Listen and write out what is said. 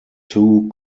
two